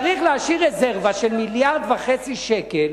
צריך להשאיר רזרבה של מיליארד וחצי שקל,